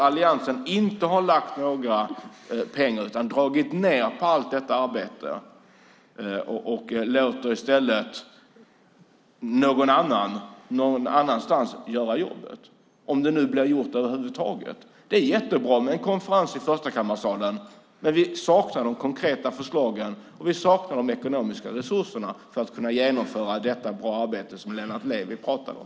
Alliansen har inte lagt några pengar utan dragit ned på allt detta arbete och låter i stället någon annan göra jobbet någon annanstans, om det nu blir gjort över huvud taget. Det är jättebra med en konferens i Förstakammarsalen, men vi saknar de konkreta förslagen, och vi saknar de ekonomiska resurserna för att kunna genomföra det bra arbete som Lennart Levi pratade om.